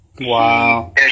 Wow